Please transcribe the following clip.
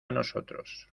nosotros